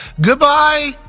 Goodbye